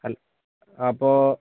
അൽ അപ്പോൾ